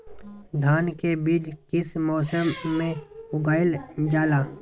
धान के बीज किस मौसम में उगाईल जाला?